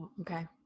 okay